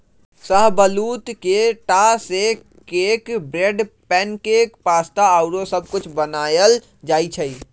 शाहबलूत के टा से cake, bread, pancake, pasta आउरो सब कुछ बनायल जाइ छइ